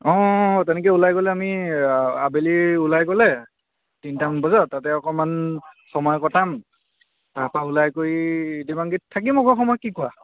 অ' তেনেকৈ ওলাই গ'লে আমি আবেলি ওলাই গ'লে তিনিটামান বজাত তাতে অকণমান সময় কটাম তাৰ পৰা ওলাই কৰি দেৱাংগীত থাকিম আকৌ অলপ সময় নে কি কোৱা